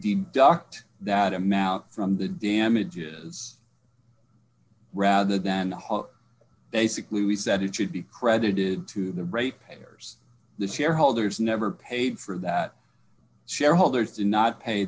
docked that amount from the damages rather than basically we said it should be credited to the rate payers the shareholders never paid for that shareholders did not pay